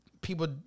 people